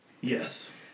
Yes